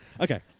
Okay